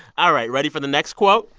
all right, ready for the next quote?